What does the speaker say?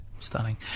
Stunning